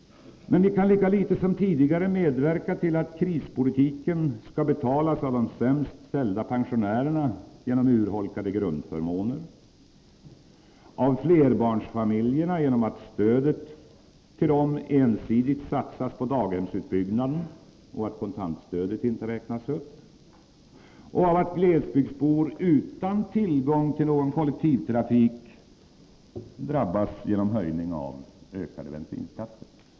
Men vi kan lika litet som tidigare medverka till att krispolitiken skall betalas av de sämst ställda pensionärerna genom urholkade grundförmåner, av flerbarnsfamiljerna genom att stödet till barnfamiljerna ensidigt satsas på daghemsutbyggnaden och att kontantstödet inte räknas upp och av glesbygdsbor utan tillgång till någon kollektivtrafik genom höjning av bl.a. bensinskatten.